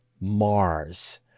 Mars